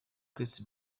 chris